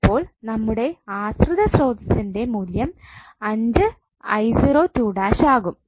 അപ്പോൾ നമ്മുടെ ആശ്രിത സ്രോതസ്സ്ന്റെ മൂല്യം ആകും